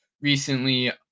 recently